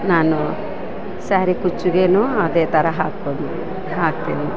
ನಾನು ಸ್ಯಾರಿ ಕುಚ್ಚಿಗೇನೊ ಅದೇ ಥರ ಹಾಕ್ಕೊಂಡು ಹಾಕ್ತೀನಿ